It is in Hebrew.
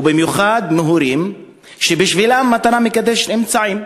ובמיוחד מהורים שבשבילם המטרה מקדשת את האמצעים,